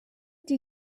die